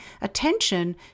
attention